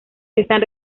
están